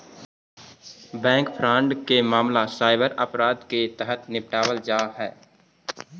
bank fraud के मामला cyber अपराध के तहत निपटावल जा हइ